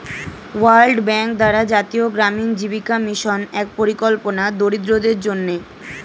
world Bank দ্বারা জাতীয় গ্রামীণ জীবিকা মিশন এক পরিকল্পনা দরিদ্রদের জন্যে